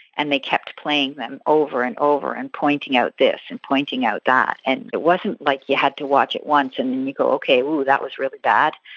and they kept playing them over and over and pointing out this and pointing out that. and it wasn't like you had to watch it once and then you go, okay, wooh, that was really bad.